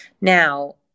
Now